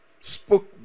spoke